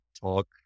talk